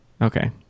Okay